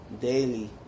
daily